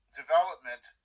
development